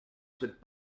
souhaite